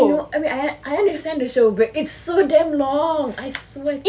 I know I mean I I understand the show where it's so damn long I swear